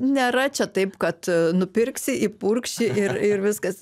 nėra čia taip kad a nupirksi įpurkši ir ir viskas